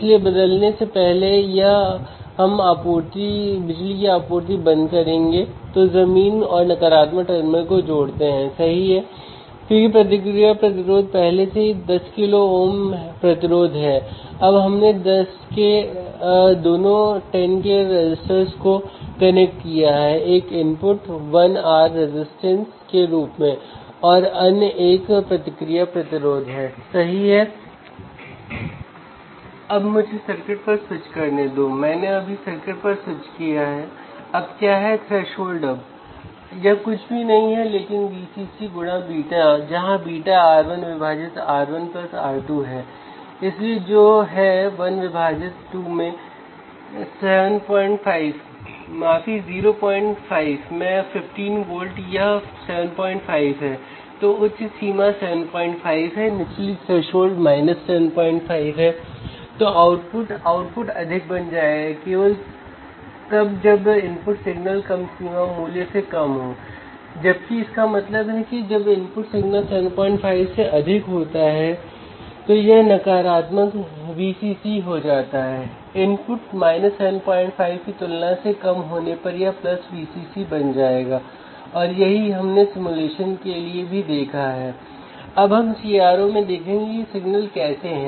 इसके बारे में अभी चिंता न करें हमें केवल यह समझने दें कि यदि आप इस विशेष कॉन्फ़िगरेशन में डिफ़्रेंसियल एम्पलीफायर का उपयोग बफर के साथ करते हैं तो यह इंस्ट्रूमेंटेशन एम्पलीफायर बन जाता है